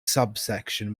subsection